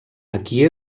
aquí